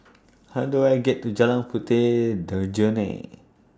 How Do I get to Jalan Puteh Jerneh